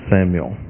Samuel